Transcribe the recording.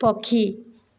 ପକ୍ଷୀ